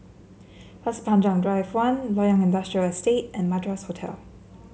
Pasir Panjang Drive One Loyang Industrial Estate and Madras Hotel